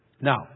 Now